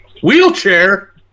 wheelchair